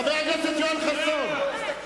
חבר הכנסת יואל חסון,